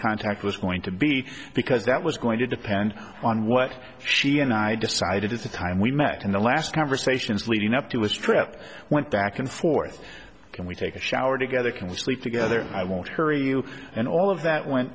contact was going to be because that was going to depend on what she and i decided at the time we met in the last conversations leading up to his trip went back and forth can we take a shower together can sleep together i won't hurry you and all of that went